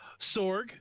Sorg